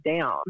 down